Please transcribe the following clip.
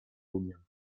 umiem